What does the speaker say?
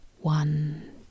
one